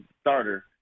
starter